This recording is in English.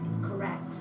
correct